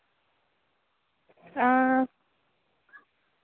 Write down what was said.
हा